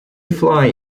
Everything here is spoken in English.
fly